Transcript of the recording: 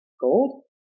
gold